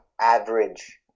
average